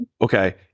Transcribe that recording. okay